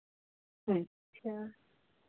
अच्छा